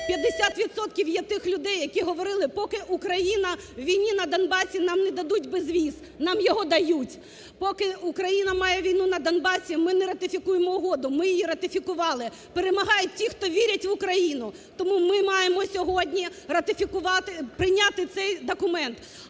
є тих людей, які говорили, поки України у війні на Донбасі, нам не дадуть безвіз. Нам його дають. Поки Україна має війну на Донбасі, ми не ратифікуємо угоду. Ми її ратифікували. Перемагають ті, хто вірять в Україну. Тому ми маємо сьогодні ратифікувати… прийняти цей документ.